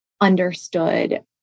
understood